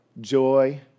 joy